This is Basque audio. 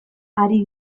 ari